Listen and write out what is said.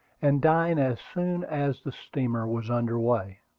and dine as soon as the steamer was under way.